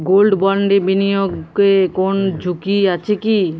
Gold বন্ডে বিনিয়োগে কোন ঝুঁকি আছে কি?